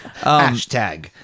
Hashtag